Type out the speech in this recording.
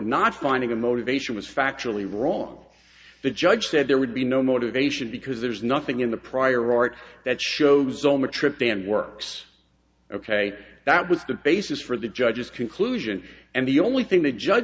not finding the motivation was factually wrong the judge said there would be no motivation because there's nothing in the prior art that shows on the trip and works ok that was the basis for the judge's conclusion and the only thing the judge